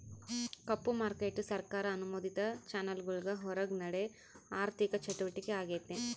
ಕಪ್ಪು market ಸರ್ಕಾರ ಅನುಮೋದಿತ ಚಾನೆಲ್ಗುಳ್ ಹೊರುಗ ನಡೇ ಆಋಥಿಕ ಚಟುವಟಿಕೆ ಆಗೆತೆ